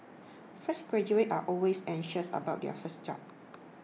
fresh graduates are always anxious about their first job